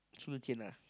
sugarcane lah